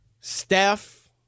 Steph